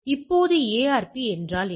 இப்போது ARP என்றால் என்ன